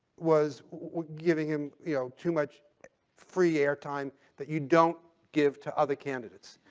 was was giving him you know too much free airtime that you don't give to other candidates,